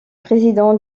président